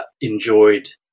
enjoyed